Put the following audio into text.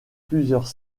plusieurs